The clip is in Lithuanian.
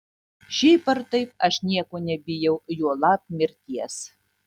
šiaip ar taip aš nieko nebijau juolab mirties